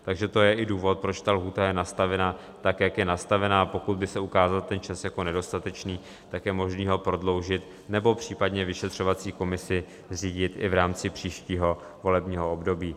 Takže to je i důvod, proč ta lhůta je nastavena tak, jak je nastavena, a pokud by se ukázal ten čas jako nedostatečný, tak je možné ho prodloužit nebo případně vyšetřovací komisi zřídit i v rámci příštího volebního období.